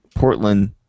Portland